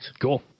Cool